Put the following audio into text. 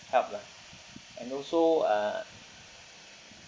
help lah and also uh